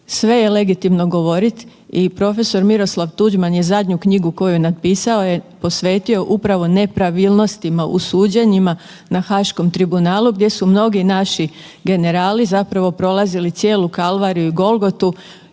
sve je legitimno govoriti i prof. Miroslav Tuđman je zadnju knjigu koju je napisao posvetio upravo nepravilnostima u suđenjima na Haškom tribunalu gdje su mnogi naši generali prolazili cijelu kalvariju i golgotu